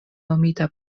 nomita